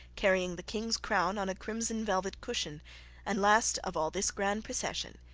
carrying the king's crown on a crimson velvet cushion and, last of all this grand procession,